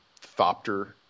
Thopter